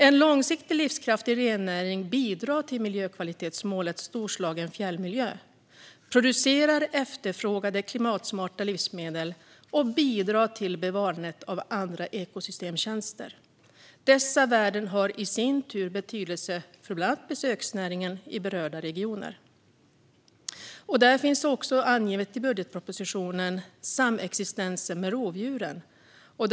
En långsiktigt livskraftig rennäring bidrar till miljökvalitetsmålet Storslagen fjällmiljö, producerar efterfrågade klimatsmarta livsmedel och bidrar till bevarandet av andra ekosystemtjänster. Dessa värden har i sin tur betydelse för bland annat besöksnäringen i berörda regioner. I budgetpropositionen tas också samexistensen med rovdjuren upp.